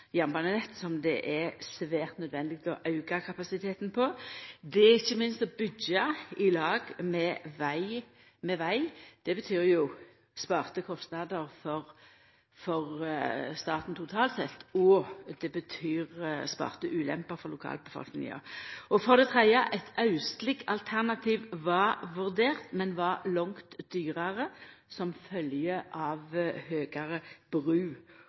som det er svært nødvendig å auka kapasiteten på. Det er ikkje minst å byggja i lag med veg – det betyr jo sparte kostnader for staten totalt sett, og det betyr sparte ulemper for lokalbefolkninga. Det tredje er at eit austleg alternativ var vurdert, men det var langt dyrare som følgje av høgare bru-